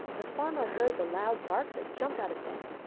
the farmer heard the loud barks and jumped out of bed.